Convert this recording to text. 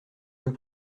veux